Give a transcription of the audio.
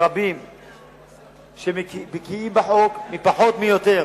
רבים שבקיאים בחוק, מי פחות מי יותר,